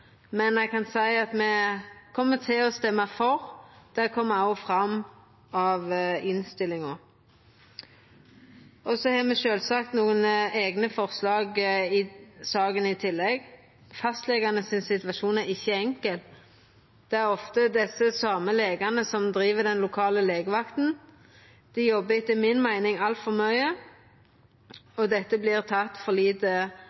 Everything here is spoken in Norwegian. men eg kan seia at me kjem til å stemma for. Det går òg fram av innstillinga. Så har me sjølvsagt i tillegg nokre eigne forslag i saka. Situasjonen til fastlegane er ikkje enkel. Det er ofte dei same legane som driv den lokale legevakta. Dei jobbar etter mi meining altfor mykje, og dette vert det teke for lite